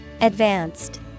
Advanced